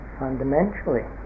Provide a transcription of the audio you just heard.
fundamentally